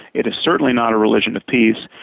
it is certainly not a religion of peace.